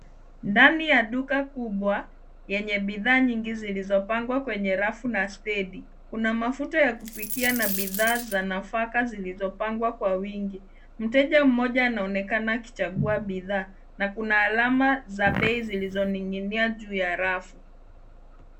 Ndani ya duka kubwa yenye bidhaa nyingi zilizopangwa kwenye rafu na stendi. Kuna mafuta ya kupikia na bidhaa za nafaka zilizopangwa kwa wingi. Mteja mmoja anaonekana akichagua bidhaa na kuna alama za bei zilizoning'inia juu ya rafu.